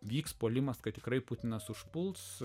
vyks puolimas kad tikrai putinas užpuls